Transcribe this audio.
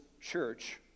church